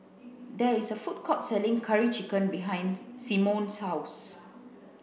there is a food court selling curry chicken behind Symone's house